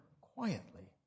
quietly